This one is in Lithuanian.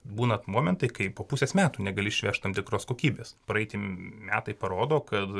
būna momentai kai po pusės metų negali išvežt tam tikros kokybės praeiti metai parodo kad